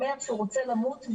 אומר שהוא רוצה למות.